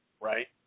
right